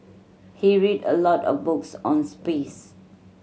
he read a lot of books on space